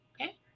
Okay